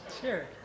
Sure